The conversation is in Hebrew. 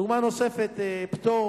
דוגמה נוספת, פטור